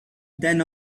than